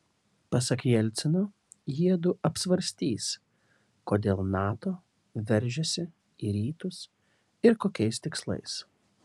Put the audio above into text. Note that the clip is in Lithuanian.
pasak jelcino jiedu apsvarstys kodėl nato veržiasi į rytus ir kokiais tikslais